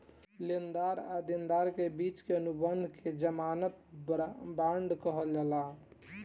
लेनदार आ देनदार के बिच के अनुबंध के ज़मानत बांड कहल जाला